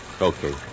Okay